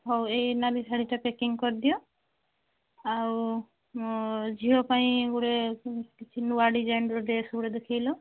ହଉ ଏଇ ନାଲି ଶାଢ଼ୀଟା ପ୍ୟାକିଂ କରିଦିଅ ଆଉ ମୋ ଝିଅ ପାଇଁ ଗୋଟେ କିଛି ନୂଆ ଡିଜାଇନ୍ର ଡ୍ରେସ୍ ଗୋଟେ ଦେଖାଇଲ